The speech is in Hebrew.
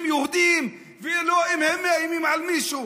יהודים ולא אם הם מאיימים על מישהו.